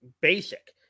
basic